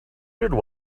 hundred